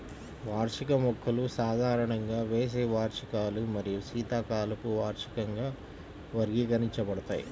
వార్షిక మొక్కలు సాధారణంగా వేసవి వార్షికాలు మరియు శీతాకాలపు వార్షికంగా వర్గీకరించబడతాయి